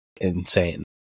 insane